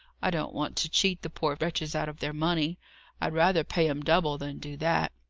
i don't want to cheat the poor wretches out of their money i'd rather pay em double than do that.